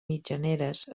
mitjaneres